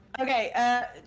Okay